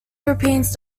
europeans